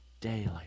daily